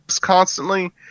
constantly